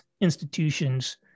institutions